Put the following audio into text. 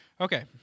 Okay